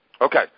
Okay